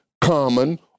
common